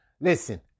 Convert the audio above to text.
listen